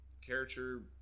character